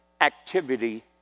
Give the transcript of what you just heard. activity